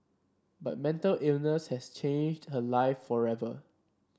but mental illness has changed her life forever